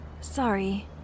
Sorry